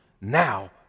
now